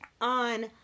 on